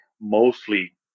mostly